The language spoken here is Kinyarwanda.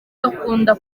bakunda